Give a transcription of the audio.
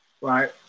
Right